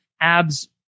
Abs